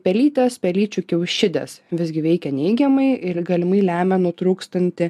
pelytės pelyčių kiaušidės visgi veikia neigiamai ir galimai lemia nutrūkstantį